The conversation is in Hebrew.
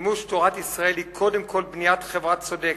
מימוש תורת ישראל הוא קודם כול בניית חברה צודקת,